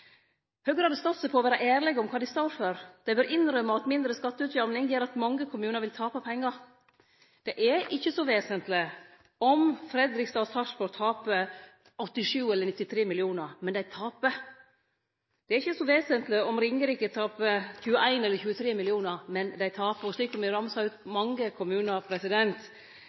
Høgre hadde stått seg på å vere ærlege om kva dei står for. Dei bør innrømme at mindre skatteutjamning gjer at mange kommunar vil tape pengar. Det er ikkje så vesentleg om Fredrikstad og Sarpsborg tapar 87 eller 93 mill. kr – men dei tapar. Det er ikkje så vesentleg om Ringerike tapar 21 eller 23 mill. kr – men dei tapar. Slik kunne vi ramse opp mange kommunar.